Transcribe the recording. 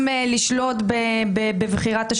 את החירויות האזרחיות,